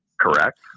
correct